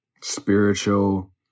spiritual